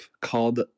called